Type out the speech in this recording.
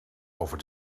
over